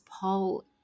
Paul